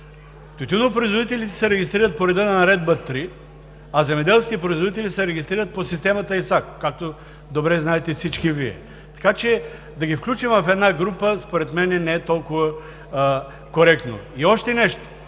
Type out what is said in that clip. Тютюнопроизводителите се регистрират по реда на Наредба № 3, а земеделските производители се регистрират по системата ИСАК, както добре знаете всички Вие. Така че да ги включим в една група, според мен не е толкова коректно. И още нещо!